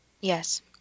Yes